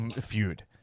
feud